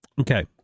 Okay